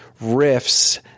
riffs